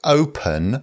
open